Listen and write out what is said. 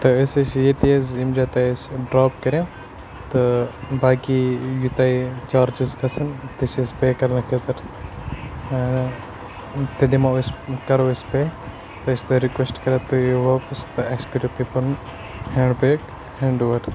تہٕ أسۍ حظ چھِ ییٚتی حظ ییٚمہِ جایہِ تۄہہِ اَسہِ ڈرٛاپ کَریو تہٕ باقی یہِ تۄہہِ چارجِز کھَسَن تہِ چھِ أسۍ پے کَرنہٕ خٲطرٕ بیٚیہِ دِمو أسۍ کَرو أسۍ پے تہٕ أسۍ چھِ تۄہہِ رٕکوٮ۪سٹ کَران تُہۍ یِیِو واپَس تہٕ اَسہِ کٔرِو تُہۍ پَنُن ہینٛڈ بیگ ہینٛڈ اوٚوَر